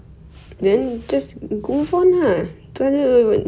twelve out of fourteen technically ya